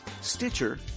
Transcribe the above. Stitcher